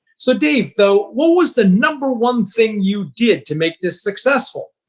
so, dave, though, what was the number one thing you did to make this successful?